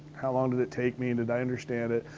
how long did it take me? and did i understand it?